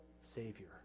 Savior